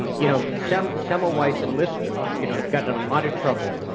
um you know, so semmelweis so and lister you know got in a lot of trouble